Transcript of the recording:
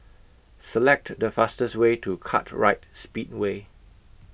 Select The fastest Way to Kartright Speedway